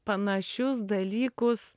panašius dalykus